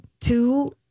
two